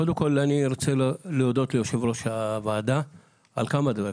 קודם כל אני רוצה להודות ליושב-ראש הוועדה על כמה דברים,